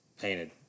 painted